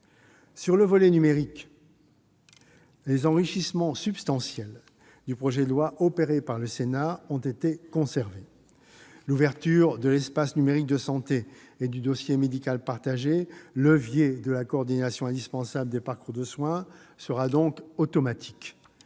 Sur le volet numérique, les enrichissements substantiels du projet de loi opérés par le Sénat ont été conservés. L'ouverture de l'espace numérique de santé et du dossier médical partagé, leviers de la coordination indispensable des parcours de soins, sera donc automatique.